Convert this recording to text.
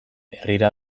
herrira